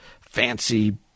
fancy